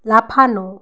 লাফানো